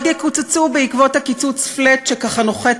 ועוד יקוצצו בעקבות הקיצוץ flat שככה נוחת